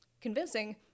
convincing